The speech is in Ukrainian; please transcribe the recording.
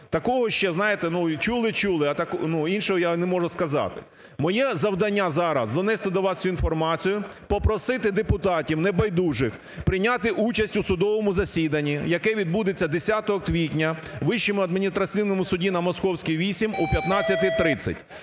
Такого ще, знаєте, чули-чули, іншого я не можу сказати. Моє завдання зараз – донести до вас цю інформацію, попросити депутатів небайдужих прийняти участь у судовому засіданні, яке відбудеться 10 квітня у Вищому адміністративному суді на Московській,8 о 15.30.